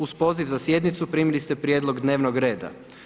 Uz poziv za sjednicu, primili ste prijedlog dnevnog reda.